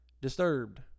disturbed